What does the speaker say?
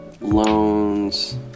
loans